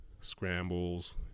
scrambles